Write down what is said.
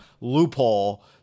loophole